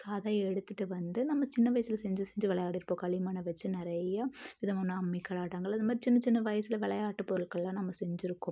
so அதை எடுத்துட்டு வந்து நம்ம சின்ன வயசில் செஞ்சுச் செஞ்சு விளையாடிருப்போம் களிமண்ணை வச்சு நிறையா விதமான அம்மிக்கல் ஆட்டாங்கல் இது மாதிரி சின்னச் சின்ன வயசில் விளையாட்டுப் பொருட்கள்லாம் நம்ம செஞ்சுருக்கோம்